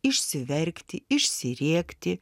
išsiverkti išsirėkti